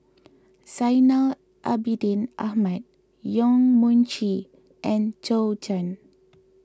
Zainal Abidin Ahmad Yong Mun Chee and Zhou